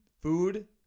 Food